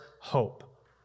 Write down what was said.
hope